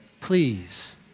Please